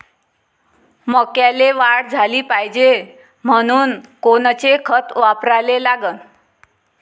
मक्याले वाढ झाली पाहिजे म्हनून कोनचे खतं वापराले लागन?